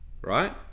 Right